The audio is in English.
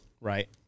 right